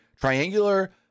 Triangular